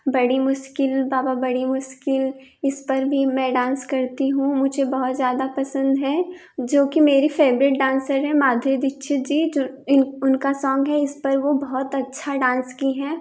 बड़ी मुश्किल बाबा बड़ी मुश्किल इस पर भी मैं डांस करती हूँ मुझे बहुत ज़्यादा पसंद है जो कि मेरी फेवरेट डांसर है माधुरी दीक्षित जी जो उनका सोंग है इस पर वह बहुत अच्छा डांस की है